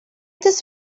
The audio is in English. this